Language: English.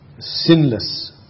sinless